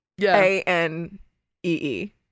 A-N-E-E